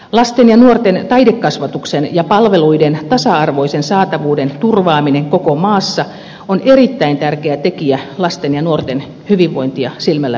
lasten ja nuorten taidekasvatuksen ja palveluiden tasa arvoisen saatavuuden turvaaminen koko maassa on erittäin tärkeä tekijä lasten ja nuorten hyvinvointia silmällä pitäen